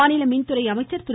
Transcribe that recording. மாநில மின்துறை அமைச்சர் திரு